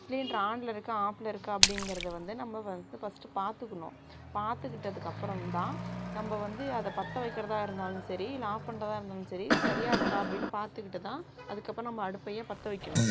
cylinder ஆனில் இருக்கா ஆஃபில் இருக்கா அப்படிங்கிறது வந்து நம்ம வந்து ஃபஸ்ட்டு பார்த்துக்குணும் பார்த்துக்கிட்டதுக்கப்பறம் தான் நம்ப வந்து அதை பத்த வைக்கிறதா இருந்தாலும் சரி இல்லை ஆஃப் பண்ணுறதா இருந்தாலும் சரி சரியாக இருக்கா அப்படின்னு பார்த்துக்கிட்டுதான் அதுக்கப்புறம் நம்ப அடுப்பையே பத்த வைக்கணும்